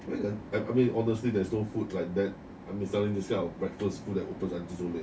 where got I mean honestly there's no food like that I mean selling this kind of breakfast food that opens until so late